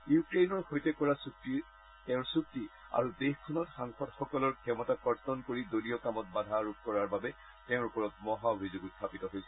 ইউক্ৰেইনৰ সৈতে কৰা তেওঁৰ চক্তি আৰু দেশখনত সাংসদসকলৰ ক্ষমতা কৰ্তন কৰি দলীয় কামত বাধা আৰোপ কৰাৰ বাবে তেওঁৰ ওপৰত মহাঅভিযোগ উখাপিত হৈছে